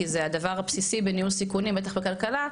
כי זה הדבר הבסיסי בניהול סיכונים בטח בכלכלה,